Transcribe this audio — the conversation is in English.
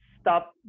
stop